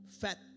fat